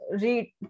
read